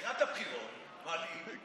לקראת הבחירות מעלים,